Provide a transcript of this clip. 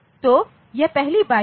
तो यह पहली बाइट है